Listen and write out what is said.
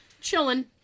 chilling